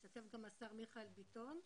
בישיבה השתתף גם השר מיכאל ביטון.